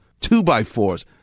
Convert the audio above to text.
Two-by-fours